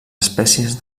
espècies